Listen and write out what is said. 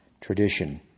tradition